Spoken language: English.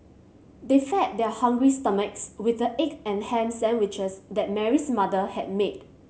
they fed their hungry stomachs with the egg and ham sandwiches that Mary's mother had made